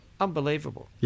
Unbelievable